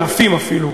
אלפים אפילו,